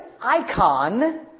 icon